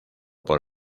por